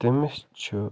تٔمِس چھُ